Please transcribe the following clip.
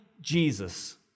Jesus